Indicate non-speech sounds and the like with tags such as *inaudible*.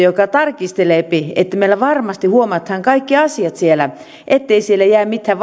*unintelligible* joka tarkistelee että meillä varmasti huomataan kaikki asiat siellä ettei siellä jää mitään *unintelligible*